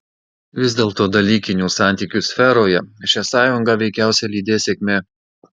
vis dėlto dalykinių santykių sferoje šią sąjungą veikiausiai lydės sėkmė